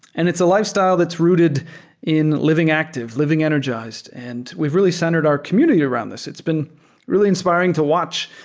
and it's a lifestyle that's rooted in the living active, living energized, and we've really centered our community around this. it's been really inspiring to watch.